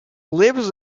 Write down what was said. lives